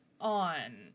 on